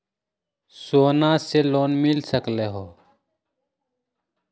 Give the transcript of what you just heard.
सोना से लोन मिल सकलई ह?